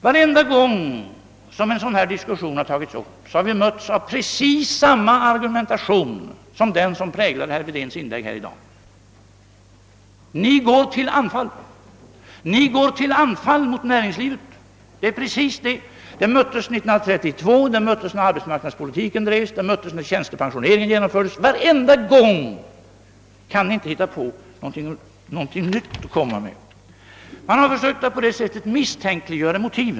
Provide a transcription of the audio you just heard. Varenda gång en sådan här diskussion har tagits upp har vi mötts av precis samma argumentation, som präglade herr Wédens inlägg i dag: »Ni går till anfall mot näringslivet.» Det är precis samma argumentation som vi mötte 1932 och som vi mötte när arbetsmarknadspolitiken utbyggdes och när tjänstepensioneringen genomfördes. Kan ni inte hitta på någonting nytt? Man har på det sättet försökt att misstänkliggöra våra motiv.